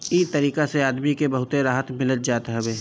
इ तरीका से आदमी के बहुते राहत मिल जात हवे